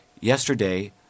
Yesterday